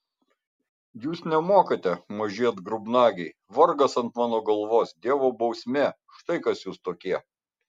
jūs nemokate maži atgrubnagiai vargas ant mano galvos dievo bausmė štai kas jūs tokie